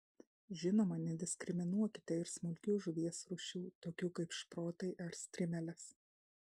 žinoma nediskriminuokite ir smulkių žuvies rūšių tokių kaip šprotai ar strimelės